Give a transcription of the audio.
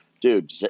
dude